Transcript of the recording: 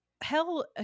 hell